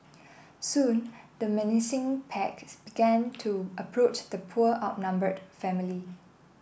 soon the menacing packs began to approach the poor outnumbered family